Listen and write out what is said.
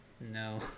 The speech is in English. no